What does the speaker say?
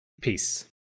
peace